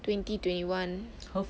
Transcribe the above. twenty twenty one